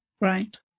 Right